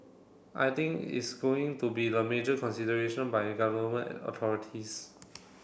I think it is going to be the major consideration by Government authorities